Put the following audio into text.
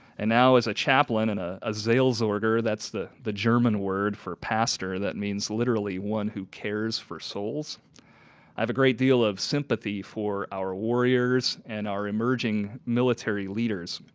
and now, as a chaplain and ah a sales order that's the the german word for pastor that means literally one who cares for souls i have a great deal of sympathy for our warriors and our emerging military leaders.